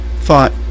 thought